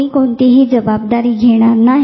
कोणी कोणतीही जबाबदारी घेणार नाही